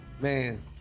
Man